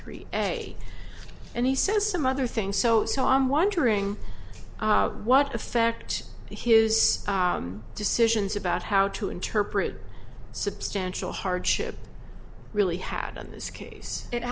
three a and he says some other things so so i'm wondering what effect his decisions about how to interpret substantial hardship really had on this case it